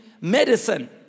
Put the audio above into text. medicine